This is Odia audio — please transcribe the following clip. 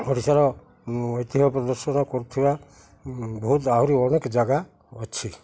ଓଡ଼ିଶାର ଐତିହ୍ୟ ପ୍ରଦର୍ଶନ କରୁଥିବା ବହୁତ ଆହୁରି ଅନେକ ଜାଗା ଅଛି